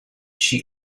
she